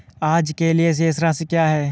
आज के लिए शेष राशि क्या है?